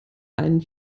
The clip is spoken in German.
einen